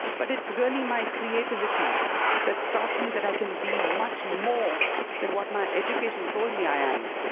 but it's really my creativity that's taught me that i can be much more than what my education told me i am.